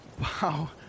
wow